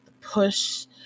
push